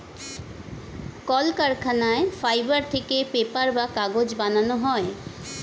কলকারখানায় ফাইবার থেকে পেপার বা কাগজ বানানো হয়